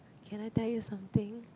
can I tell you something